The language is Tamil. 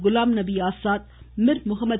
குலாம்நபி ஆசாத் மிர் முகமது